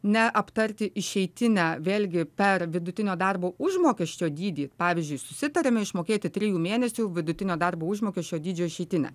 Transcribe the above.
ne aptarti išeitinę vėlgi per vidutinio darbo užmokesčio dydį pavyzdžiui susitarėme išmokėti trijų mėnesių vidutinio darbo užmokesčio dydžio išeitinę